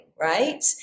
right